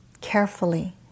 carefully